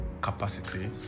capacity